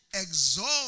Exalt